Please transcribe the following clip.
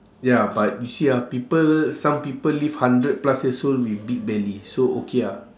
ya but you see ah people some people live hundred plus years old with big belly so okay ah